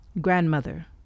Grandmother